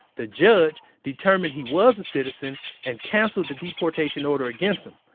the judge determined he was a citizen and canceled the deportation order against him.